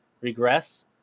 regress